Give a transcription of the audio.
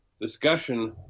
discussion